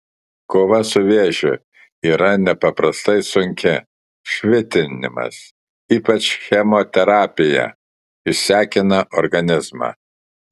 kova su vėžiu yra nepaprastai sunki švitinimas ypač chemoterapija išsekina organizmą